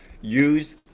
use